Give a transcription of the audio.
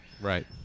Right